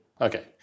Okay